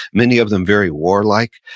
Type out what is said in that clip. many of them very warlike,